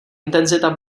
intenzita